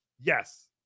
Yes